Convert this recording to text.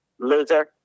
Loser